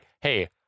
hey